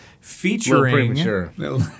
featuring